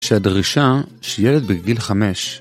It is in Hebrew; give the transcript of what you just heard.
שהדרישה שילד בגיל 5.